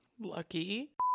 Lucky